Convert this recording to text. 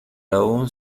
aún